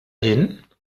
hin